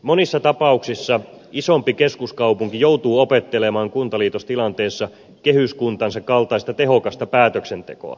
monissa tapauksissa isompi keskuskaupunki joutuu opettelemaan kuntaliitostilanteessa kehyskuntansa kaltaista tehokasta päätöksentekoa